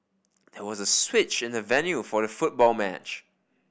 there was a switch in the venue for the football match